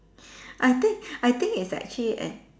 I think I think it's actually an